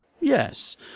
Yes